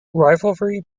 rivalry